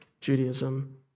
Judaism